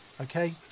okay